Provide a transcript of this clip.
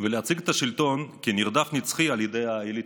ולהציג את השלטון כנרדף נצחי על ידי אליטות,